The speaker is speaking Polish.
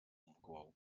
mgłą